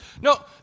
No